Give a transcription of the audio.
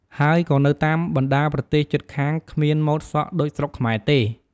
ហើយក៏នៅតាមបណ្តាប្រទេសជិតខាងគ្មានម៉ូតសក់ដូចស្រុកខ្មែរទេ។